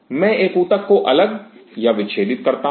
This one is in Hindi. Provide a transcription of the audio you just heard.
मैं एक ऊतक को अलग या विच्छेदित करता हूं